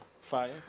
fire